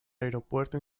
aeropuerto